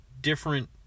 different